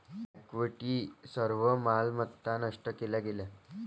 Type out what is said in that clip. equity सर्व मालमत्ता नष्ट केल्या गेल्या